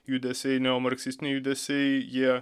judesiai neomarksistiniai judesiai jie